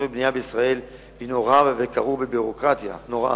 ובנייה בישראל הינו רב וכרוך בביורוקרטיה נוראה.